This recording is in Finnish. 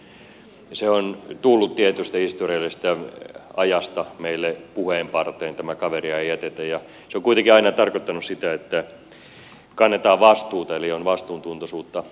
tämä kaveria ei jätetä on tullut tietystä historiallisesta ajasta meille puheenparteen ja se on kuitenkin aina tarkoittanut sitä että kannetaan vastuuta eli on vastuuntuntoisuutta